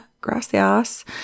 gracias